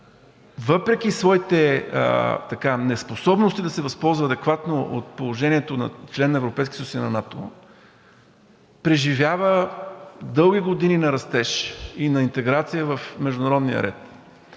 въпреки своите неспособности да се възползва адекватно от положението на член на Европейския съюз и на НАТО, преживява дълги години на растеж и на интеграция в международния ред